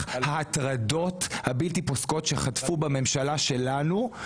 ההטרדות הבלתי פוסקות שחטפו בממשלה שלנו,